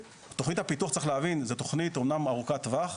צריך להבין, תכנית הפיתוח היא תכנית ארוכת טווח,